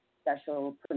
special